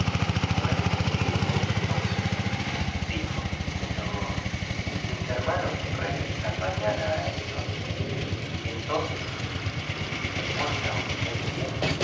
lo he sentido mucho por usted dijo pero mía hermanos regresan mañana a eton y entonces si ge porta usted bien